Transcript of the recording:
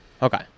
Okay